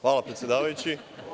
Hvala predsedavajući.